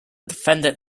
defendant